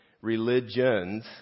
religions